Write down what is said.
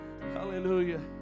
Hallelujah